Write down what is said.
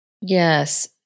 Yes